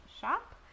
shop